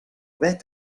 vet